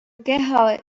keha